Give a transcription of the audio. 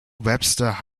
webster